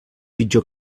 pitjor